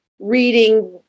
reading